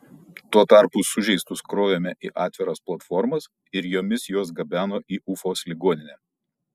tuo tarpu sužeistus krovėme į atviras platformas ir jomis juos gabeno į ufos ligoninę